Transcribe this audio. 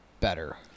better